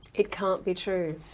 it can't be true.